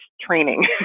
training